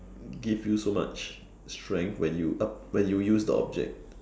give you so much strength when you up when you use the object